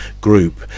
group